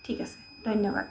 ঠিক আছে ধন্যবাদ